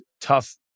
tough